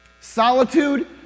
Solitude